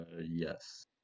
Yes